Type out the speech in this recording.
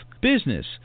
business